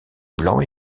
blanc